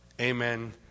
Amen